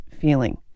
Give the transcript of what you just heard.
feeling